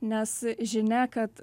nes žinia kad